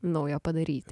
naujo padaryti